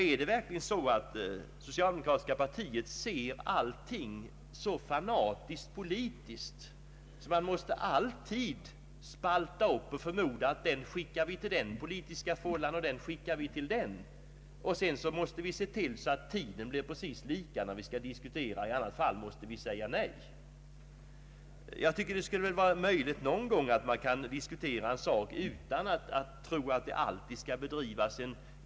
Ser verkligen det socialdemokratiska partiet allting så fanatiskt politiskt, att man alltid måste spalta upp allting i politiska fållor, och om sedan inte tidsfördelningen passar så säger man nej. Någon gång borde det väl ändå vara möjligt att diskutera en fråga utan att snegla på en fanatisk partipolitik.